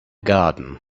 garden